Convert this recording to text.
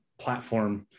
platform